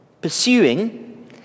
Pursuing